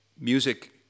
music